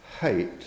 hate